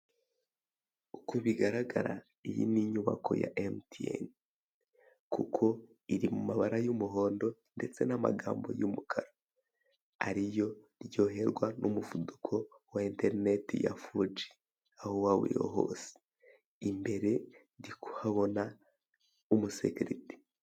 Uko bigaragara iyi ni inyubako ya emutiyeni kuko iri mumabara y'umuhondo, ndetse n'amagambo y'umukara ariyo ryoherwa n'umuvuduko wa enterineti ya fogi aho waba uri hose. Imbere ndi kuhabona umusekilite.